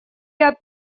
ряд